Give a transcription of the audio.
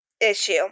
issue